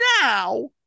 now